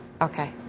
Okay